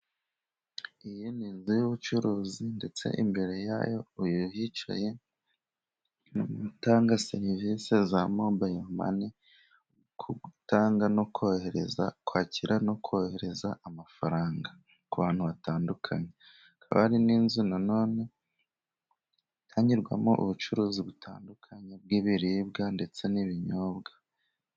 Iyi ni inzu y'ubucuruzi ndetse imbere yayo uyu yicaye utanga serivisi za mobayiro mane, ku gutanga no kohereza kwakira no kohereza amafaranga ku bantu batandukanye, akaba ari n'inzu na none itangirwamo ubucuruzi butandukanye bw'ibiribwa ndetse n'ibinyobwa.